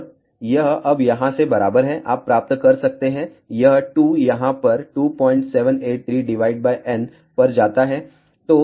और यह अब यहाँ से बराबर है आप प्राप्त कर सकते हैं यह 2 यहाँ पर 2783 n पर जाता है